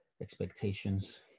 expectations